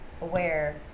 aware